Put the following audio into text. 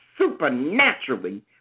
supernaturally